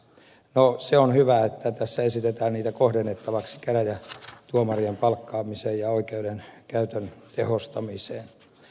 no se on hyvä että tässä esitetään niitä kohdennettavaksi käräjätuomarien palkkaamiseen ja oikeudenkäytön tehostamiseen